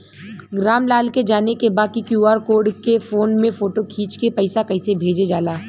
राम लाल के जाने के बा की क्यू.आर कोड के फोन में फोटो खींच के पैसा कैसे भेजे जाला?